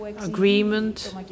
agreement